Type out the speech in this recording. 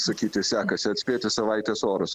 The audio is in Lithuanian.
sakyti sekasi atspėti savaitės orus